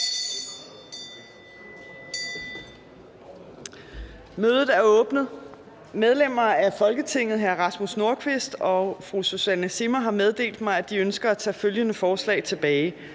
Mødet er åbnet. Medlemmer af Folketinget hr. Rasmus Nordqvist (UFG) og fru Susanne Zimmer (UFG) har meddelt mig, at de ønsker at tage følgende forslag tilbage: